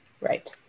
Right